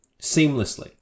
seamlessly